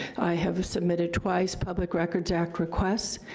i have submitted twice public records act requests,